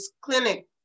clinic